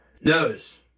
Nose